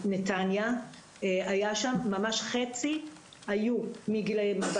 נתניה ממש חצי מהתלונות היו מגילאי 14